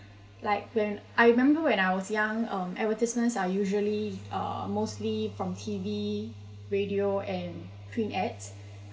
like when I remember when I was young um advertisements are usually uh mostly from T_V radio and print ads